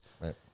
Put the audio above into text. Right